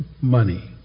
money